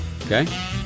Okay